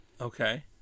Okay